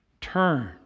Turn